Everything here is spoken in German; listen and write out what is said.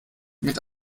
mit